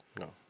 No